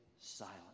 silent